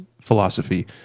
philosophy